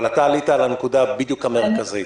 אבל אתה עלית על הנקודה בדיוק המרכזית.